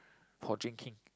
for drinking